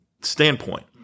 standpoint